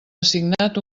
assignat